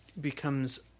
becomes